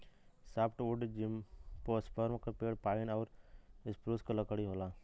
softwood gymnosperm के पेड़ pine आउर स्प्रूस क लकड़ी होला